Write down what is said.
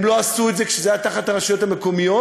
הם לא עשו את זה כשזה היה תחת הרשויות המקומיות,